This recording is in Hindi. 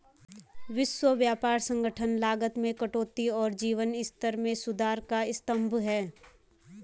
विश्व व्यापार संगठन लागत में कटौती और जीवन स्तर में सुधार का स्तंभ है